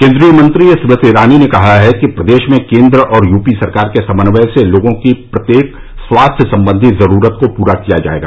केन्द्रीय मंत्री स्मृति ईरानी ने कहा है कि प्रदेश में केन्द्र और यूपी सरकार के समन्वय से लोगों की प्रत्येक स्वास्थ्य संबंधी जरूरत को पूरा किया जायेगा